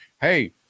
Hey